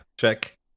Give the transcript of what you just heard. Check